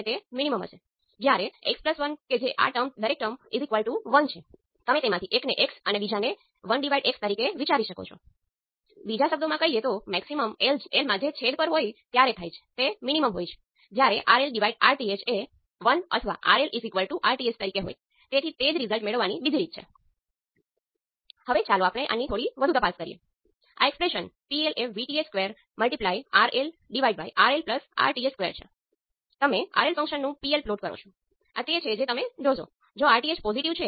આપણી પાસે V1 એ h11 I1 છે બીજા શબ્દોમાં h11 એ ફક્ત V1 બાય I1 છે અથવા પોર્ટ 2 શોર્ટ સર્કિટવાળા પોર્ટ 1 માં રેઝિસ્ટન્સ જોતા